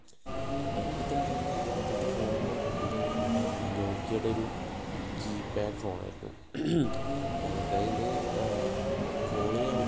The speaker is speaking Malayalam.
എന്റെ അടുത്ത് ഉണ്ടായിരുന്ന ആദ്യത്തെ ഫോണെന്നു പറയണത് നോക്കിയയുടെ ഒരു കീപ്പാഡ് ഫോണായിരുന്നു നമുക്കതിൽ കോൾ ചെയ്യാൻ പറ്റും